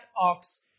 ox